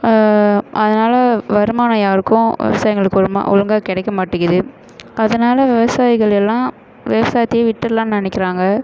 அதனால் வருமானம் யாருக்கும் விவசாயிகளுக்கு ஒலுமா ஒழுங்காக கிடைக்க மாட்டேங்குது அதனால் விவசாயிகள் எல்லாம் விவசாயத்தையே விட்டுடலான்னு நினைக்கிறாங்க